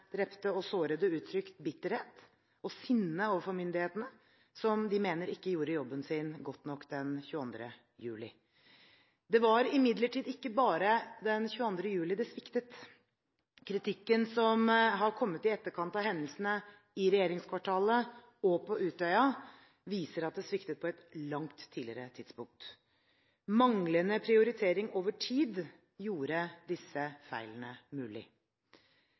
drepte og sårede uttrykt bitterhet og sinne overfor myndighetene, som de mener ikke gjorde jobben sin godt nok den 22. juli. Det var imidlertid ikke bare den 22. juli det sviktet. Kritikken som har kommet i etterkant av hendelsene i regjeringskvartalet og på Utøya, viser at det sviktet på et langt tidligere tidspunkt. Manglende prioritering over tid gjorde disse feilene mulig.